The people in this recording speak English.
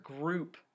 group